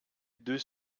deux